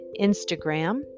Instagram